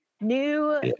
new